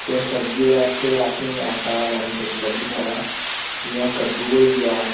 ते सब्जी दा इक असेंगी ऐसा बेनिफिट लब्भी सकदा जियां कद्दू होई गेआ